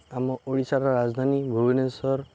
ଆମ ଓଡ଼ିଶାର ରାଜଧାନୀ ଭୁବନେଶ୍ୱର